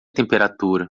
temperatura